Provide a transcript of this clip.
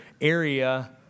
area